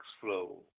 flow